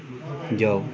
ਜਾਓ